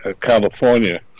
California